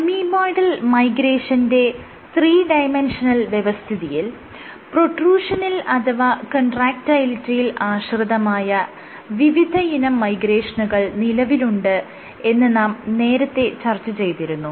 amoeboidal മൈഗ്രേഷന്റെ 3D വ്യവസ്ഥിതിയിൽ പ്രൊട്രൂഷനിൽ അഥവാ കൺട്രാക്ടയിലിറ്റിയിൽ ആശ്രിതമായ വിവിധയിനം മൈഗ്രേഷനുകൾ നിലവിലുണ്ട് എന്ന് നാം നേരത്തെ ചർച്ച ചെയ്തിരുന്നു